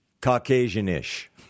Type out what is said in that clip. Caucasian-ish